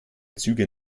züge